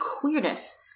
queerness